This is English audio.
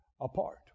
apart